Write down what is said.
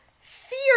fear